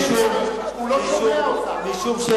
הוא לא שומע אותך.